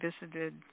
visited